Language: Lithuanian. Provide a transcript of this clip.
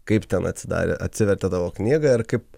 kaip ten atsidarė atsivertė tavo knygą ir kaip